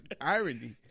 irony